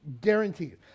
Guaranteed